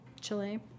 Chile